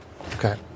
Okay